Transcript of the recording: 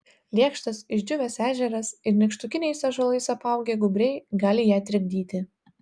lėkštas išdžiūvęs ežeras ir nykštukiniais ąžuolais apaugę gūbriai gali ją trikdyti